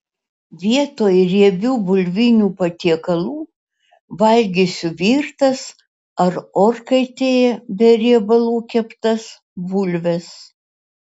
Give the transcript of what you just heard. vietoj riebių bulvinių patiekalų valgysiu virtas ar orkaitėje be riebalų keptas bulves